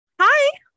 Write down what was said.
Hi